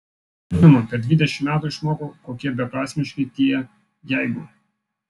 žinoma per dvidešimt metų išmokau kokie beprasmiški tie jeigu